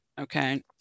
Okay